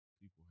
people